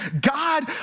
God